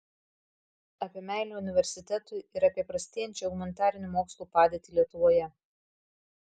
apie meilę universitetui ir apie prastėjančią humanitarinių mokslų padėtį lietuvoje